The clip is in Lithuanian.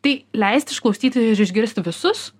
tai leisti išklausyti ir išgirsti visus